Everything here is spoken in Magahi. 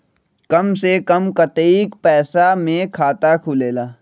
कम से कम कतेइक पैसा में खाता खुलेला?